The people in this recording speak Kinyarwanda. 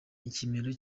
ikimero